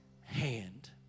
hand